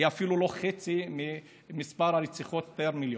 ושם זה אפילו לא חצי ממספר הרציחות פר מיליון,